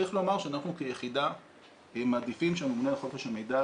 צריך לומר שאנחנו כיחידה מעדיפים שהממונה על חופש המידע,